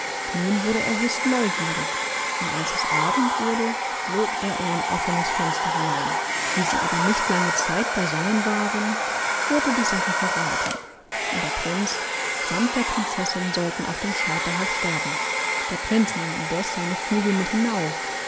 nun wurde er höchst neugierig und als es abend wurde flog er in ein offenes fenster hinein wie sie aber nicht lange zeit beisammen waren wurde die sache verrathen und der prinz sammt der prinzessin sollten auf dem scheiterhaufen sterben der prinz nahm indessen seine flügel mit hinauf